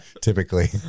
typically